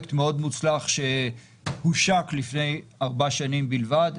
פרויקט מאוד מוצלח שהושק לפני ארבע שנים בלבד.